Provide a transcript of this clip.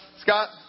Scott